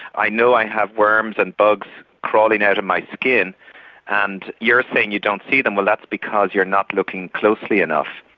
i know i have worms and bugs crawling out of my skin and you're saying you don't see them. well that's because you're not looking closely enough.